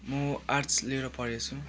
म आर्ट्स लिएर पढ्दैछु